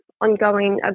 ongoing